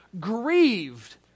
grieved